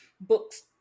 books